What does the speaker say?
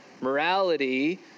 Morality